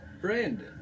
Brandon